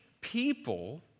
people